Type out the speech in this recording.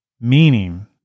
meaning